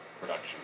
production